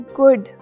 good